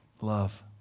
Love